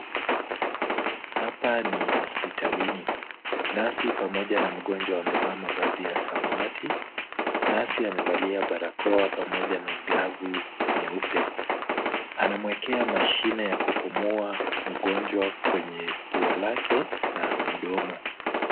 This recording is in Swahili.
Hapa ni hospitalini. Nasi pamoja na mgonjwa wamevaa mavazi ya samawati. Nasi amevalia barakoa pamoja na glavu nyeupe. Anamuekea mashine ya kupumua mgonjwa kwenye pua lake na mdomo.